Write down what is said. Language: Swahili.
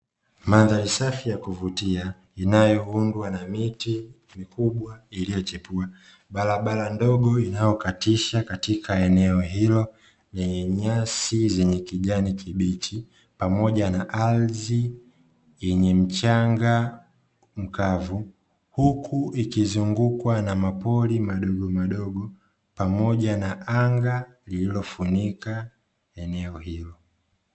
Mandhari safi ya kuvutia inayoundwa na miti mikubwa iliyochepua, barabara ndogo inayokatisha katika eneo hilo lenye nyasi zenye, kijani kibichi pamoja na ardhi yenye mchanga mkavu, huku ikizungukwa na mapori madogo madogo pamoja na anga lililofunika eneo hilo